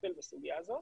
לטפל בסוגיה הזו,